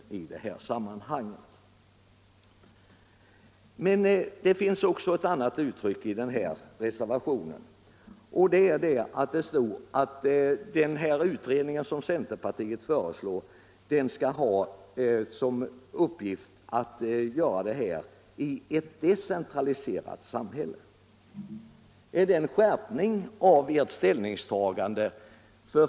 Men det finns också ett annat märkligt uttryck i den här reservationen. Där står nämligen att sysselsättningsutredningen skall få tilläggsdirektiv att ”utarbeta förslag om en sysselsättningspolitik för ett decentraliserat samhälle”. Är det en skärpning av ert ställningstagande?